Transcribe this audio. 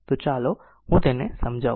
તો ચાલો હું તેને સમજાવું